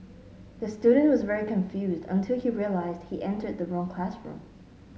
the student was very confused until he realised he entered the wrong classroom